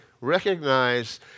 recognize